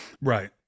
right